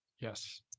yes